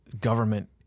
government